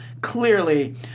clearly